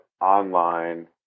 online